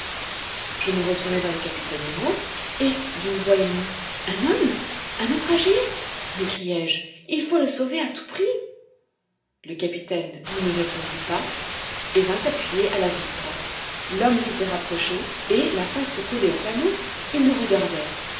je me retournai vers le capitaine nemo et d'une voix émue un homme un naufragé m'écriai-je il faut le sauver à tout prix le capitaine ne me répondit pas et vint s'appuyer à la vitre l'homme s'était rapproché et la face collée au panneau il nous regardait